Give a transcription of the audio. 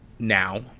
now